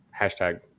hashtag